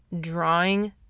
drawing